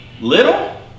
little